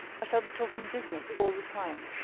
i shall be talking business all the time.